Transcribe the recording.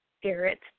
spirit